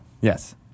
Yes